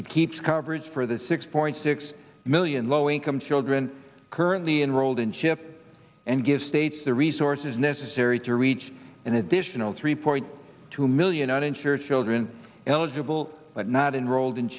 it keeps coverage for the six point six million low income children currently enrolled in chip and give states the resources necessary to reach an additional three point two million uninsured children eligible but not enrolled